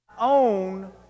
Own